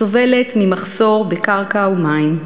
סובלת ממחסור בקרקע ומים,